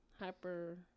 hyper